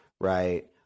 right